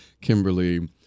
Kimberly